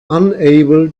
unable